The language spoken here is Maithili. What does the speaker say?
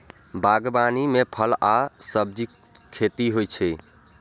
बागवानी मे फल आ सब्जीक खेती होइ छै